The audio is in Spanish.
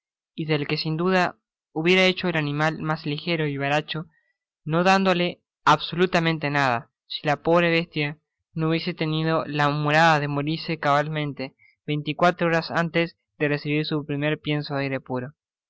y del que sin duda hubiera hecho el animal mas ligero y vivaracho no dándole absolutamente nada si la pobre bestia no hubiese tenido la humorada de morirse cabalmente veinte y cuatro horas antes de recibir su primer pienso de aire puro